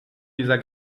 dieser